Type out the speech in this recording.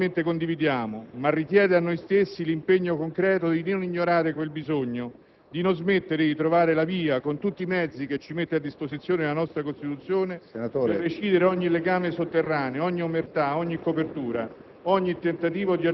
che tutti naturalmente condividiamo, ma richiede a noi stessi l'impegno concreto di non ignorare quel bisogno, di non smettere di trovare la via con tutti i mezzi che ci mette a disposizione la nostra Costituzione, per recidere ogni legame sotterraneo, ogni omertà, ogni copertura,